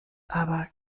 aber